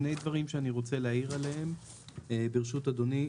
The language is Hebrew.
שני דברים שאני רוצה להעיר עליהם, ברשות אדוני.